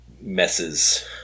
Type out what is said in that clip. messes